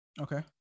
Okay